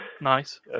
Nice